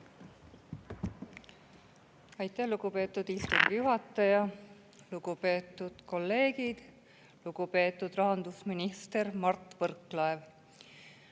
Aitäh, lugupeetud istungi juhataja! Lugupeetud kolleegid! Lugupeetud rahandusminister Mart Võrklaev!